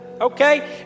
Okay